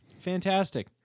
Fantastic